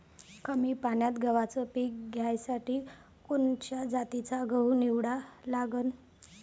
कमी पान्यात गव्हाचं पीक घ्यासाठी कोनच्या जातीचा गहू निवडा लागन?